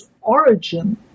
origin